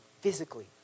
physically